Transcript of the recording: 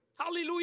Hallelujah